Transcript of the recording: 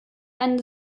einen